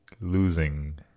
losing